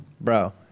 Bro